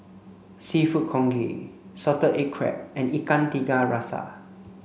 seafood congee salted egg crab and Ikan Tiga Rasa